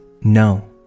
no